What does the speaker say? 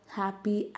happy